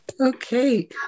Okay